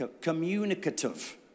communicative